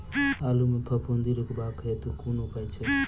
आलु मे फफूंदी रुकबाक हेतु कुन उपाय छै?